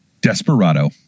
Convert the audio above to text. Desperado